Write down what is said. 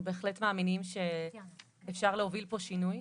אנחנו בהחלט מאמינים שאפשר להוביל פה שינוי.